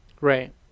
right